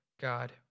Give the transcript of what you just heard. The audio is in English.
God